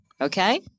Okay